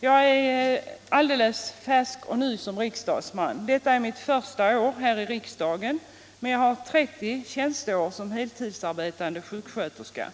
Jag är alldeles färsk som riksdagsman — detta är mitt första år här i riksdagen. Men jag har 30 tjänsteår som heltidsarbetande sjuksköterska.